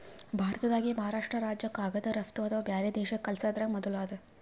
ಭಾರತ್ದಾಗೆ ಮಹಾರಾಷ್ರ್ಟ ರಾಜ್ಯ ಕಾಗದ್ ರಫ್ತು ಅಥವಾ ಬ್ಯಾರೆ ದೇಶಕ್ಕ್ ಕಲ್ಸದ್ರಾಗ್ ಮೊದುಲ್ ಅದ